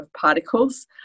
particles